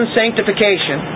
sanctification